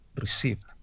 received